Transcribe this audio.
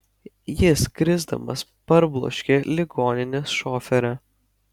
jis krisdamas parbloškė ligoninės šoferę